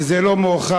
וזה לא מאוחר,